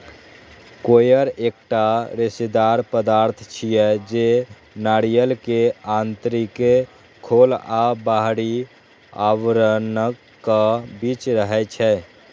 coir एकटा रेशेदार पदार्थ छियै, जे नारियल के आंतरिक खोल आ बाहरी आवरणक बीच रहै छै